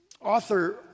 Author